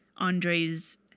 Andre's